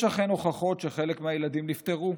יש אכן הוכחות שחלק מהילדים נפטרו,